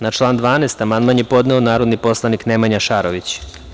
Na član 12. amandman je podneo narodni poslanik Nemanja Šarović.